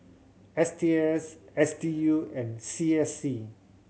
S T S S D U and C S C